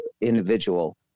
individual